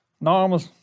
Normal